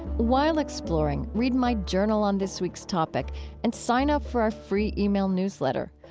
while exploring, read my journal on this week's topic and sign up for our free e-mail newsletter.